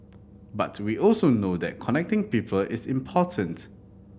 but we also know that connecting people is important